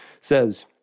says